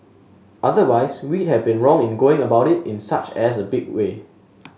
otherwise we have been wrong in going about it in such as big way